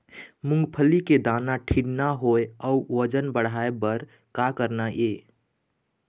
मूंगफली के दाना ठीन्ना होय अउ वजन बढ़ाय बर का करना ये?